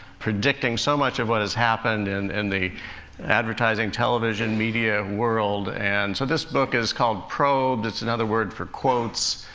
predicting so much of what has happened and in the advertising, television, media world. and so this book is called probes. it's another word for quotes.